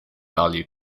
value